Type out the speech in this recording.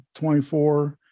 24